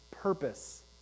purpose